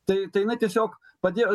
tai tai jinai tiesiog padėjo